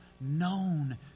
known